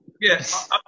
Yes